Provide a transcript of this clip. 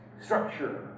structure